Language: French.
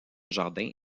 jardin